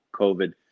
COVID